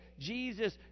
Jesus